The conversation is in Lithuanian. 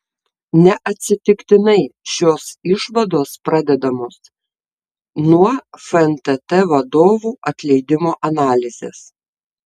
neatsitiktinai šios išvados pradedamos nuo fntt vadovų atleidimo analizės